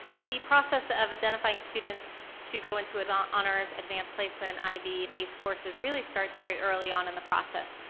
the process of identifying students to go into an um honor's advanced placement, ib, and aice courses really starts very early on in the process,